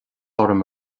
orm